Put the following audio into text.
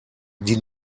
die